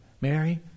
Mary